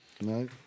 No